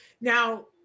Now